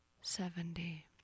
seventy